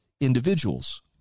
individuals